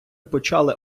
почали